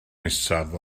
nesaf